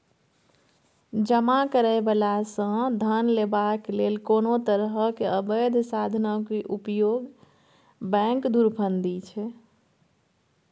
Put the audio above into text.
जमा करय बला सँ धन लेबाक लेल कोनो तरहक अबैध साधनक उपयोग बैंक धुरफंदी छै